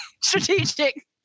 strategic